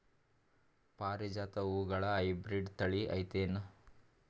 ಪಾರಿಜಾತ ಹೂವುಗಳ ಹೈಬ್ರಿಡ್ ಥಳಿ ಐತೇನು?